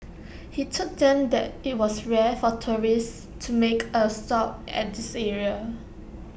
he told them that IT was rare for tourists to make A stop at this area